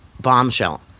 bombshell